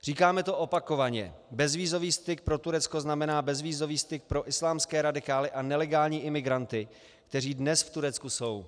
Říkáme to opakovaně bezvízový styk pro Turecko znamená bezvízový styk pro islámské radikály a nelegální imigranty, kteří dnes v Turecku jsou.